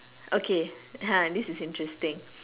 okay ah this is interesting